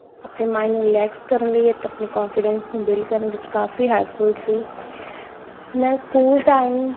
ਆਪਣੇ ਮਾਈਂਡ ਨੂੰ ਰਿਲੈਕਸ ਕਰਨ ਲਈ ਅਤੇ ਆਪਣੇ ਕੋਨਫੀਡੈਂਸ ਨੂੰ ਬਿਲ ਕਰਨ ਵਿੱਚ ਕਾਫੀ ਹੈਲਪਫੁਲ ਸੀ ਮੈਂ ਸਕੂਲ ਟਾਈਮ